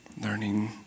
Learning